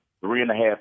three-and-a-half